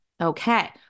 Okay